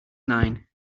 nine